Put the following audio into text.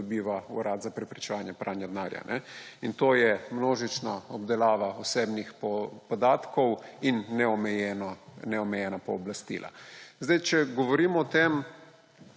pridobiva Urad za preprečevanje pranja denarja; in to je množična obdelava osebnih podatkov in neomejena pooblastila. Če govorimo o tem,